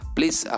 Please